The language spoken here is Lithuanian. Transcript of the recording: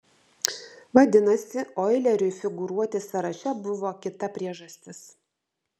vadinasi oileriui figūruoti sąraše buvo kita priežastis